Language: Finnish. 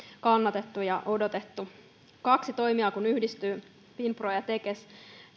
kannatettu ja odotettu kun kaksi toimijaa yhdistyy finpro ja tekes